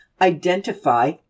identify